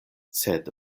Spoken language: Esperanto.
sed